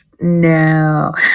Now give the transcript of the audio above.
No